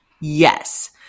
Yes